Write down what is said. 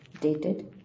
dated